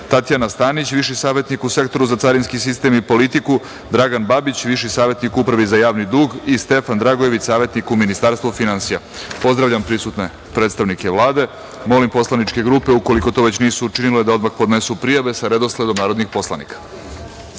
Tatjana Stanić, viši savetnik u Sektoru za carinski sistem i politiku, Dragan Babić, viši savetnik u Upravi za javni dug i Stefan Dragojević, savetnik u Ministarstvu finansija. Pozdravljam prisutne predstavnike Vlade. Molim poslaničke grupe, ukoliko to već nisu učinile, da odmah podnesu prijave sa redosledom narodnih poslanika. Saglasno